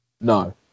No